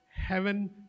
heaven